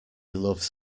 loves